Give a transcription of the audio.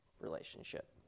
relationship